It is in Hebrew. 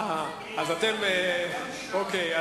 אהה, אוקיי.